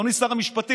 אדוני שר המשפטים: